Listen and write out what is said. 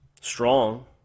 strong